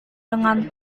dengan